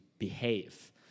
behave